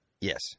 Yes